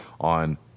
on